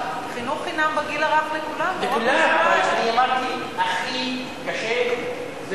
לכולם, אבל אמרתי הכי קשה זה